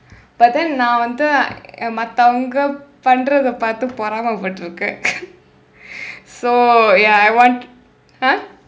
but then நான் வந்து மாற்றவோங்க பண்றதை பார்த்து பொறாமை பட்டிருக்கிறேன்:naan vandthu marravoongka panrathai paarththu poraamai patdirukkireen so ya I want !huh!